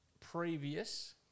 Previous